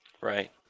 Right